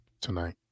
tonight